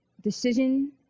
decision